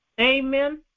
Amen